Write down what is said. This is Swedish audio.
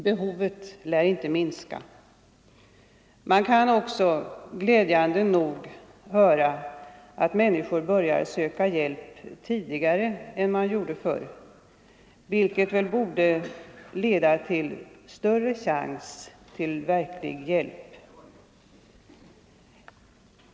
Behovet lär inte minska. Man kan också, glädjande nog, erfara att människor börjar söka hjälp tidigare än förr, vilket väl borde leda till större chans till verklig hjälp.